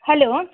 hello